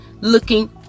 looking